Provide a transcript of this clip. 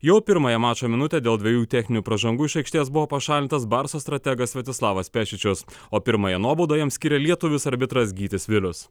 jau pirmąją mačo minutę dėl dviejų techninių pražangų iš aikštės buvo pašalintas barsos strategas vladislavas pečičius o pirmąją nuobaudą jam skyrė lietuvis arbitras gytis vilius